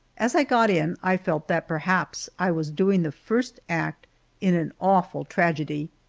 as i got in, i felt that perhaps i was doing the first act in an awful tragedy.